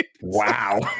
Wow